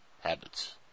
habits